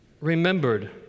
remembered